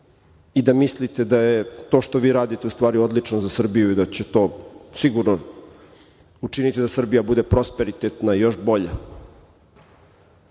i da mislite da je to što vi radite u stvari odlično za Srbiju i da će to sigurno učiniti da Srbija bude prosperitetna i još bolja. Mi